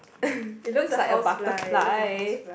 it looks like a butterfly